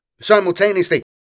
simultaneously